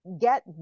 get